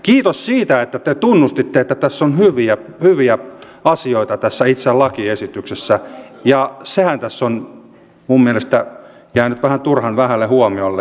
kiitos siitä että te tunnustitte että tässä itse lakiesityksessä on hyviä asioita ja sehän tässä on minun mielestäni jäänyt vähän turhan vähälle huomiolle